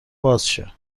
بازشه